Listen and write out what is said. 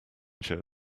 show